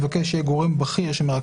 ערך"